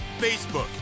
facebook